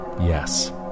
Yes